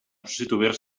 substituir